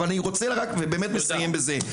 אבל אני רוצה רק באמת לסיים בזה.